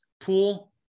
Pool